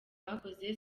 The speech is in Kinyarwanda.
bakoze